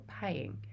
paying